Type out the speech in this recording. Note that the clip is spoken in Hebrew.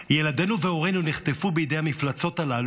ילדינו והורינו נחטפו בידי המפלצות הללו,